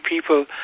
people